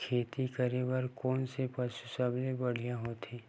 खेती करे बर कोन से पशु सबले बढ़िया होथे?